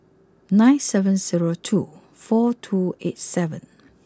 nine seven zero two four two eight seven